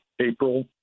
April